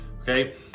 okay